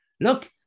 look